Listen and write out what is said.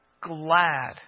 glad